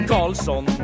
Carlson